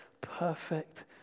perfect